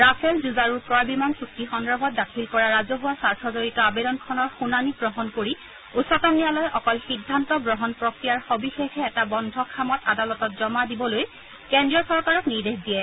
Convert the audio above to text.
Rafale যুঁজাৰু ক্ৰয় বিমান চুক্তি সন্দৰ্ভত দাখিল কৰা ৰাজহুৱা স্বাৰ্থজড়িত আবেদনখনৰ শুনানী গ্ৰহণ কৰি উচ্চতম ন্যায়ালয়ে অকল সিদ্ধান্ত গ্ৰহণ প্ৰক্ৰিয়াৰ সবিশেষহে এটা বন্ধ খামত আদালতত জমা দিবলৈ কেন্দ্ৰীয় চৰকাৰক নিৰ্দেশ দিয়ে